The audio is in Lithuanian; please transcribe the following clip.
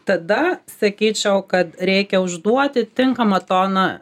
tada sakyčiau kad reikia užduoti tinkamą toną